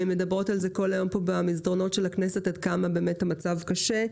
פה במסדרונות הכנסת עד כמה באמת המצב קשה.